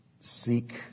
seek